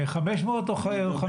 500 או חמישה?